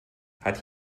hat